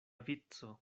vico